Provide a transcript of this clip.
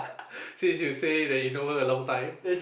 since you say that you know her a long time